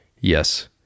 yes